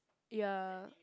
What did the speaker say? ya